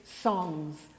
songs